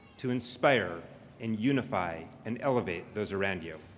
to inspire and unify and elevate those around you.